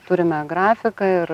turime grafiką ir